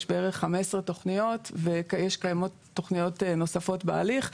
יש בערך 15 תכניות וקיימות תכנית נוספות בהליך.